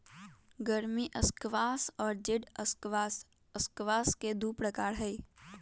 गर्मी स्क्वाश और जेड के स्क्वाश स्क्वाश के दु प्रकार हई